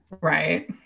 Right